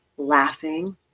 Laughing